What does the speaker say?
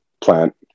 plant